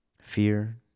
fear